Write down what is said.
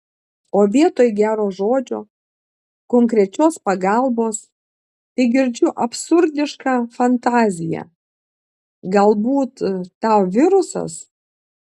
o vietoj gero žodžio konkrečios pagalbos tegirdžiu absurdišką fantaziją galbūt tau virusas